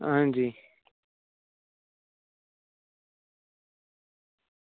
हां जी